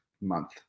month